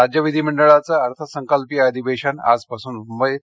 राज्य विधीमंडळाचं अर्थसंकल्पीय अधिवेशन आजपासून मुंबईत